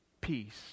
peace